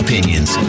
Opinions